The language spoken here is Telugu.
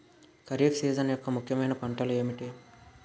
ఖరిఫ్ సీజన్ యెక్క ముఖ్యమైన పంటలు ఏమిటీ?